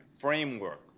framework